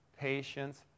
patience